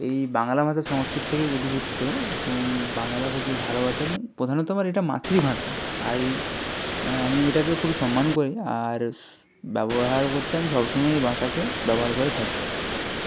এই বাংলা ভাষা সংস্কৃত থেকেই উদ্বুদ্ধ বাংলা কবি ভালোবাসা এবং প্রধান হতে পারে এটা মাতৃভাষা আই মানে আমি এটাকে খুবই সম্মান করি আর ব্যবহার করতে আমি সব সময় এই ভাষাকে ব্যবহার করে থাকি